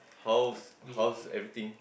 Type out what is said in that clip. how's how's everything